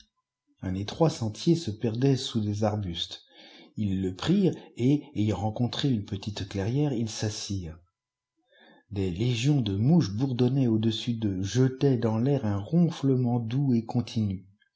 un étroit sentier se perdait sous les arbustes ils le prirent et ayant rencontré une petite clairière ils s'assirent des légions de mouches bourdonnaient au-dessus d'eux jetaient dans l'air un ronflement doux et continu